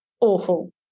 awful